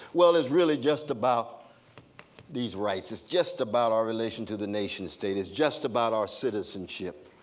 well it's really just about these rights, it's just about our relation to the nation state, it's just about our citizenship.